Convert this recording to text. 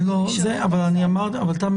זה עלה כמה